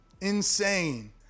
Insane